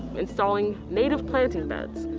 installing native planting beds.